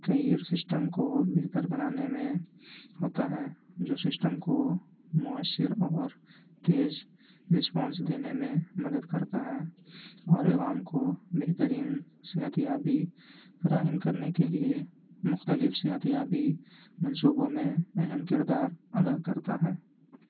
system کو بہتر بنانے میں ہوتا ہے جو سسٹم کو مؤثر اور تیز رسپانس دینے میں مدد کرتا ہے اور عوام کو بہترین صحت یابی فراہم کرنے کے لیے مختلف صحت یابی منصوبوں میں اہم کردار ادا کرتا ہے